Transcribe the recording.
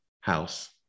house